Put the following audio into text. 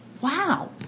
wow